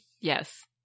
Yes